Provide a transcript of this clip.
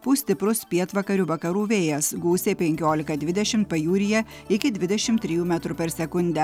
pūs stiprus pietvakarių vakarų vėjas gūsiai penkiolika dvidešim pajūryje iki dvidešim trijų metrų per sekundę